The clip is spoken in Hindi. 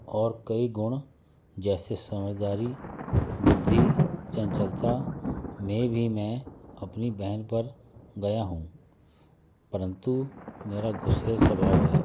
और कई गुण जैसे समझदारी बुद्धि चंचलता में भी मैं अपनी बहन पर गया हूँ परंतु मेरा गुस्सैल स्वभाव है